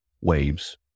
waves